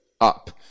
up